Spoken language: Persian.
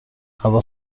هوا